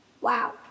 wow